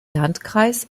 landkreis